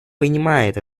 принимает